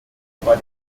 bei